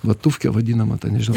vatufkė vadinamą tą nežinau